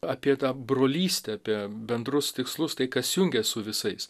apie tą brolystę apie bendrus tikslus tai kas jungia su visais